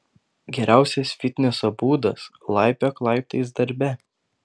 geriausias fitneso būdas laipiok laiptais darbe